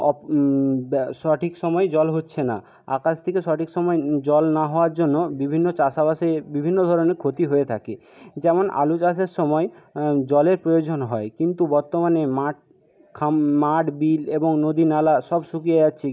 অপ ব্যা সঠিক সময়ে জল হচ্ছে না আকাশ থেকে সঠিক সময়ে জল না হওয়ার জন্য বিভিন্ন চাষবাসে বিভিন্ন ধরনের ক্ষতি হয়ে থাকে যেমন আলু চাষের সময় জলের প্রয়োজন হয় কিন্তু বর্তমানে মাঠ খাম মাঠ বিল এবং নদী নালা সব শুকিয়ে যাচ্ছে